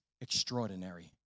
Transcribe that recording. extraordinary